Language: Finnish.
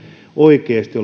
oikeasti